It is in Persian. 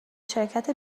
شرکت